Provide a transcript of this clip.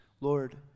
Lord